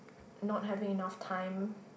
not having enough time